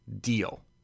deal